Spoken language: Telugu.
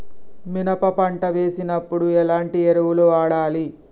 మినప పంట వేసినప్పుడు ఎలాంటి ఎరువులు వాడాలి?